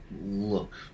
look